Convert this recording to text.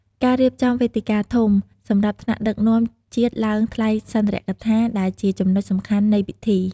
ការរៀបចំវេទិកាធំ សម្រាប់ថ្នាក់ដឹកនាំជាតិឡើងថ្លែងសុន្ទរកថា ដែលជាចំណុចសំខាន់នៃពិធី។